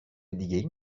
دیگه